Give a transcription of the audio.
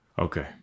Okay